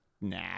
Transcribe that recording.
Nah